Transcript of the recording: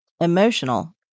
emotional